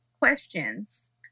questions